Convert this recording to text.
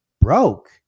broke